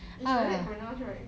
it's likely pronounced right